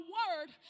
word